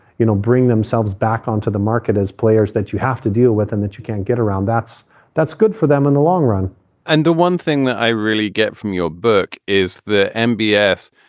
you know, bring themselves back onto the market as players that you have to deal with and that you can't get around. that's that's good for them in the long run and the one thing that i really get from your book is the m b a s.